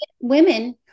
Women